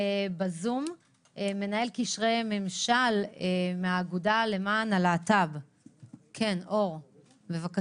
מנהל קשרי ממשל מהאגודה למען הלהט"ב, בבקשה.